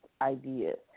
ideas